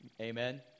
Amen